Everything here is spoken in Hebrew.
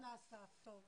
את